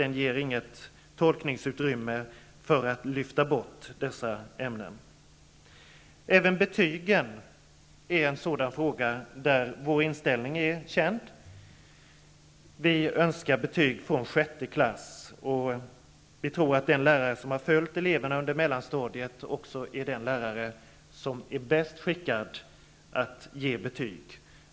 Den ger inget tolkningsutrymme för att lyfta bort dessa ämnen. Även betygen är en fråga där vår inställning är känd. Vi önskar betyg från sjätte klass. Vi tror att den lärare som har följt eleverna under mellanstadiet också är den lärare som är bäst skickad att ge betyg.